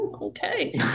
Okay